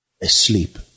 asleep